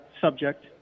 subject